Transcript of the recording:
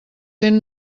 cent